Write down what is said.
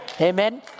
Amen